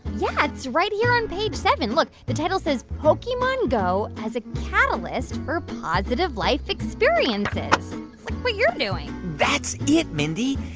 yeah. it's right here on page seven. look. the title says pokemon go as a catalyst for positive life experiences. it's like what you're doing that's it, mindy.